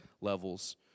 levels